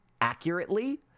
accurately